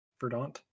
Verdant